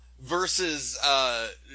versus